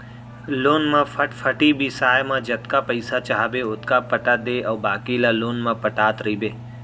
loan म फटफटी बिसाए म जतका पइसा चाहबे ओतका पटा दे अउ बाकी ल लोन म पटात रइबे